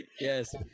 yes